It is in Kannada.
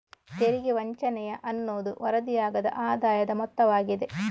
ತೆರಿಗೆ ವಂಚನೆಯ ಅನ್ನುವುದು ವರದಿಯಾಗದ ಆದಾಯದ ಮೊತ್ತವಾಗಿದೆ